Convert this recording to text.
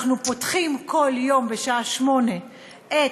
אנחנו פותחים כל יום בשעה 20:00 את